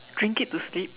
drink it to sleep